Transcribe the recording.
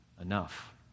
enough